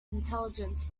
intelligence